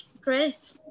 Great